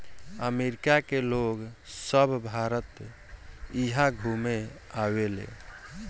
अमरिका के लोग सभ भारत इहा घुमे आवेले